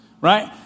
Right